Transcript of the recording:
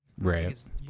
Right